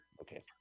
Okay